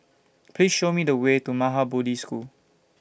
Please Show Me The Way to Maha Bodhi School